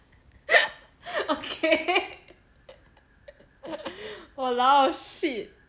okay !walao! shit